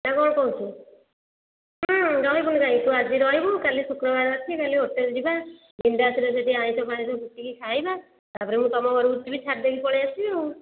ନା କ'ଣ କହୁଛୁ ରହିବୁନି କାହିଁକି ତୁ ଆଜି ରହିବୁ କାଲି ଶୁକ୍ରବାର ଅଛି କାଲି ହୋଟେଲ୍ ଯିବା ବିନ୍ଦାସ୍ରେ ସେଠି ଆମିଷ ଫାମିଷ କୁଟିକି ଖାଇବା ତା' ପରେ ମୁଁ ତୁମ ଘରକୁ ଯିବି ଛାଡ଼ି ଦେଇକି ପଳେଇ ଆସିବି ଆଉ